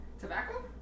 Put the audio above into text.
Tobacco